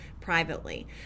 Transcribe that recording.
privately